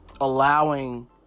allowing